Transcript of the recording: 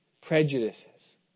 prejudices